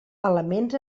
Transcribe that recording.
elements